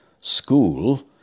school